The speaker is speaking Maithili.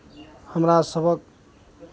हमर सभक